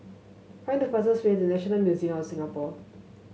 find the fastest way to National Museum of Singapore